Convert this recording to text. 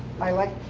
i like,